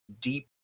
deep